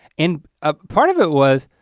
and ah part of it was,